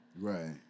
Right